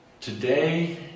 Today